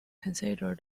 consider